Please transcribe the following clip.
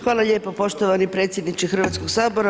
Hvala lijepo poštovani predsjedniče Hrvatskog sabora.